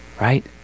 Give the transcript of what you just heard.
Right